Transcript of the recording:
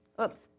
Oops